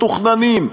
מתוכננים,